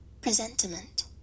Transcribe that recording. Presentiment